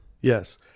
Yes